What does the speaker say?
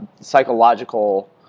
psychological